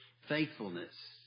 faithfulness